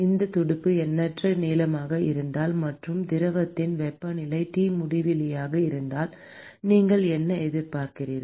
இந்த துடுப்பு எண்ணற்ற நீளமாக இருந்தால் மற்றும் திரவத்தின் வெப்பநிலை T முடிவிலியாக இருந்தால் நீங்கள் என்ன எதிர்பார்க்கிறீர்கள்